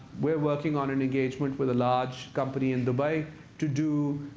we're working on an engagement with a large company in dubai to do